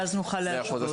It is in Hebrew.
ואז נוכל להשוות.